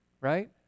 Right